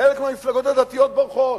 חלק מהמפלגות הדתיות בורחות,